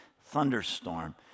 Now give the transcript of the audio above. thunderstorm